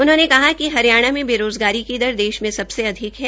उन्होंने कहा कि हरियाणा में बेरोज़गारी की दर देश में सबसे अधिक है